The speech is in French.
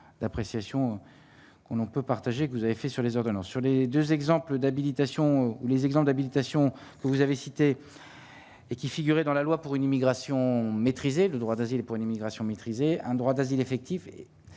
d'appréciation qu'on on peut partager, que vous avez fait sur les ordonnances sur les 2 exemples d'habilitation, les exemples d'habilitation, vous avez cité et qui figurait dans la loi pour une immigration maîtrisée, le droit d'asile pour une immigration maîtrisée, un droit d'asile effectif et